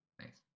Thanks